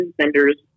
vendors